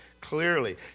clearly